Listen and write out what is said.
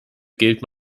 gilt